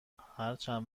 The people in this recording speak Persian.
هرچند